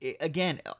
again